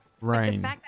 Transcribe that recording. rain